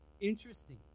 Interesting